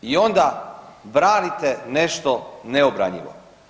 I onda branite nešto neobranjivo.